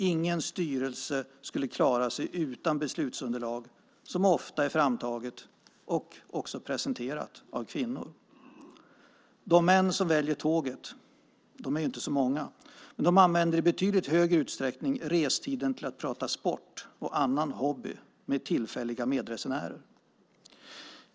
Ingen styrelse skulle klara sig utan beslutsunderlag som ofta är framtaget och också presenterat av kvinnor. De män som väljer tåget är inte så många, men de använder i betydligt högre utsträckning restiden till att prata sport och annan hobby med tillfälliga medresenärer.